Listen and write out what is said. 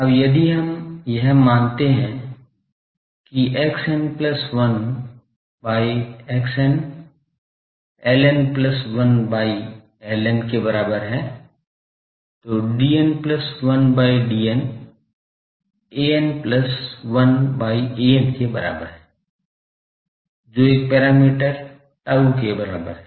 अब यदि हम यह मानते हैं कि xn1 by xn ln1 by ln के बराबर है तो dn1 by dn an1 by an के बराबर है जो एक पैरामीटर tau के बराबर है